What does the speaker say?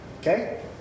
okay